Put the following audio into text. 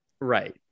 Right